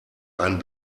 einen